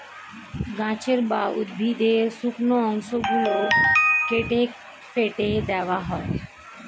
গাছের বা উদ্ভিদের শুকনো অংশ গুলো কেটে ফেটে দেওয়া হয়